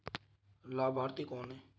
लाभार्थी कौन है?